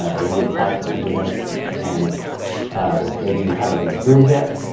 ah if you applied for forgiveness and maybe you haven't been approved yet,